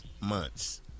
months